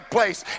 place